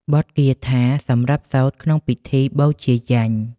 បទគាថាសម្រាប់សូត្រក្នុងពិធីបូជាយញ្ញ។